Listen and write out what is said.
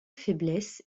faiblesse